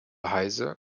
heise